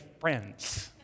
friends